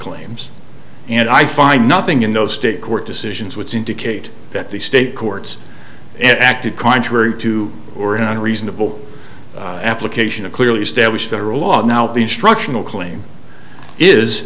claims and i find nothing in those state court decisions which indicate that the state courts and acted contrary to or in a reasonable application of clearly established federal law now the instructional claim